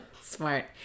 Smart